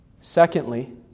Secondly